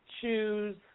choose